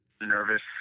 nervous